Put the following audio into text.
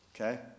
Okay